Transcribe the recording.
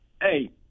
Hey